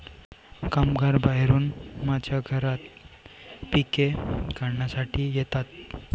कामगार बाहेरून माझ्या घरात पिके काढण्यासाठी येतात